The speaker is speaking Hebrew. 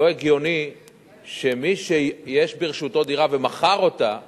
לא הגיוני שמי שיש ברשותו דירה ומכר אותה,